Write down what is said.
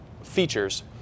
features